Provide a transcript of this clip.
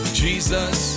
jesus